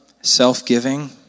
self-giving